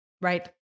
Right